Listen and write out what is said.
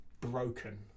broken